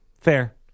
Fair